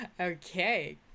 okay